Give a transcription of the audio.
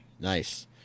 Nice